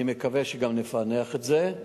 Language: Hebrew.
איפה שנוגעים יש בעיה.